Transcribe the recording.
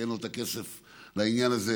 כי אין לו את הכסף לעניין הזה.